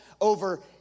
over